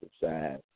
size